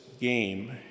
game